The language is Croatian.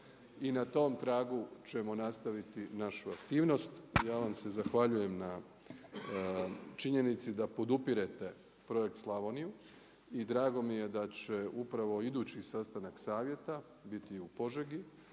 I na tom tragu ćemo nastaviti našu aktivnost. Ja vam se zahvaljujem na činjenici da podupirete Projekt Slavoniju i drago mi je da će upravo idući sastanak savjeta biti u Požegi,